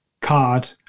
card